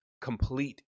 complete